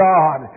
God